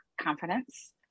confidence